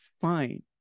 fine